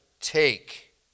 take